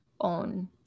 own